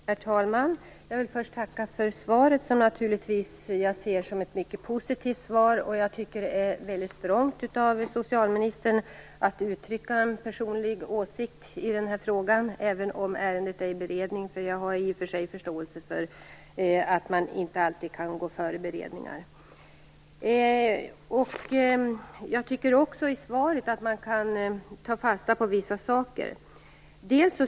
Herr talman! Jag tackar för svaret, som jag ser som ett mycket positivt sådant. Jag tycker att det är väldigt strongt av socialministern att uttrycka en personlig åsikt i frågan trots att ärendet är under beredning. I och för sig har jag nämligen förståelse för att man inte alltid kan föregå beredningar. Jag tycker att man kan ta fasta på vissa saker i svaret.